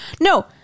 No